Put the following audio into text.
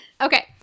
Okay